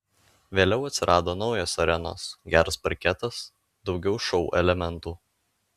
vėliau atsirado naujos arenos geras parketas daugiau šou elementų